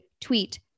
tweet